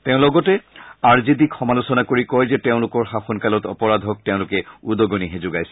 তেওঁ লগতে R J ডিক সমালোচনা কৰি কয় যে তেওঁলোকৰ শাসনকালত অপৰাধক তেওঁলোক উদগণিহে যোগাইছিল